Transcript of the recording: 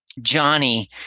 Johnny